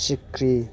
सिखिरि